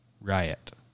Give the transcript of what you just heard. riot